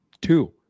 two